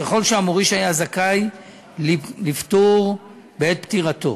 ככל שהמוריש היה זכאי לפטור בעת פטירתו.